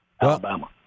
Alabama